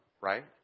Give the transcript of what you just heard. right